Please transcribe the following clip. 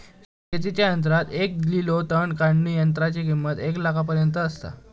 शेतीच्या यंत्रात एक ग्रिलो तण काढणीयंत्राची किंमत एक लाखापर्यंत आसता